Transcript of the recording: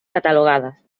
catalogadas